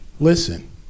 listen